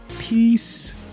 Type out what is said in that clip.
peace